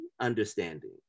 understanding